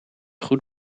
goed